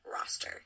roster